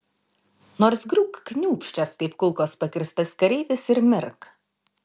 nors griūk kniūbsčias kaip kulkos pakirstas kareivis ir mirk